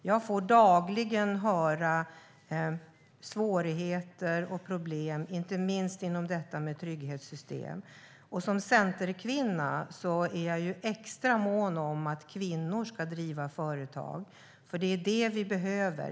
Jag får dagligen höra om svårigheter och problem, inte minst gällande trygghetssystemen. Som centerkvinna är jag extra mån om att kvinnor ska driva företag, för det är det vi behöver.